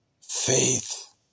Faith